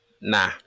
Nah